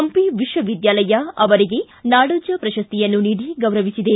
ಹಂಪಿ ವಿಶ್ವವಿದ್ಯಾಲಯ ಅವರಿಗೆ ನಾಡೋಜ ಪ್ರಶಸ್ತಿಯನ್ನು ನೀಡಿ ಗೌರವಿಸಿದೆ